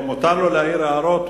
מותר לו להעיר הערות,